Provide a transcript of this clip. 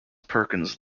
perkins